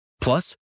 Plus